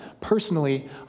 personally